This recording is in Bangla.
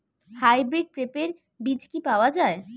হাইব্রিড পেঁপের বীজ কি পাওয়া যায়?